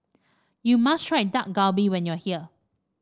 you must try Dak Galbi when you are here